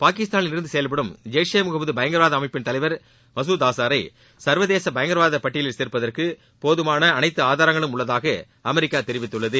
பாகிஸ்தானில் இருந்து செயல்படும் ஜெய் ஷே முகமது பயங்கரவாத அமைப்பின் தலைவா் மகுத் ஆசாரை சா்வதேச பயங்கரவாத பட்டியலில் சேர்ப்பதற்கு போதுமான அனைத்து ஆதாரங்களும் உள்ளதாக அமெரிக்கா தெரிவித்துள்ளது